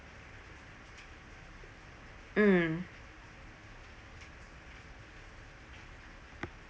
mm